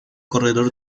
corredor